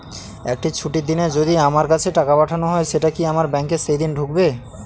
একটি ছুটির দিনে যদি আমার কাছে টাকা পাঠানো হয় সেটা কি আমার ব্যাংকে সেইদিন ঢুকবে?